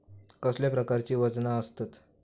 कसल्या प्रकारची वजना आसतत?